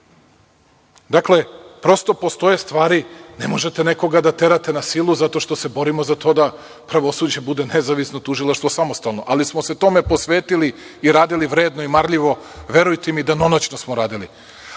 reklo. Dakle, prosto postoje stvari. Ne možete nekoga da terate na silu, jer se borimo za to da pravosuđe bude nezavisno, tužilaštvo samostalno, ali smo se tome posvetili i radili vredno i marljivo, verujte mi, danonoćno smo radili. Koliko